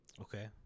Okay